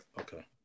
Okay